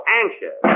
anxious